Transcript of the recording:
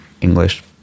English